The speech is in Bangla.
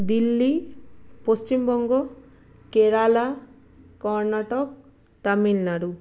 দিল্লি পশ্চিমবঙ্গ কেরালা কর্ণাটক তামিলনাড়ু